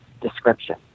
description